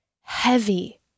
heavy